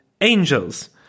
angels